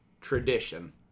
tradition